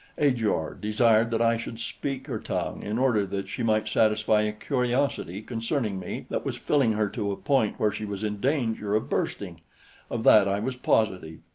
ajor desired that i should speak her tongue in order that she might satisfy a curiosity concerning me that was filling her to a point where she was in danger of bursting of that i was positive.